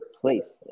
place